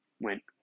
went